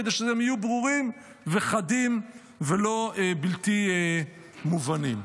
כדי שהם יהיו ברורים וחדים ולא בלתי מובנים.